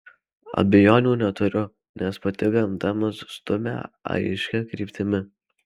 abejonių neturiu nes pati gamta mus stumia aiškia kryptimi